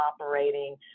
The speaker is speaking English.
operating